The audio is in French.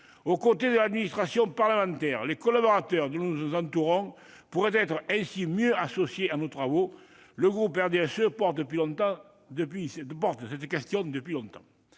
Aux côtés de l'administration parlementaire, les collaborateurs dont nous nous entourons pourraient être ainsi mieux associés à nos travaux. Le groupe du RDSE porte ce sujet depuis longtemps.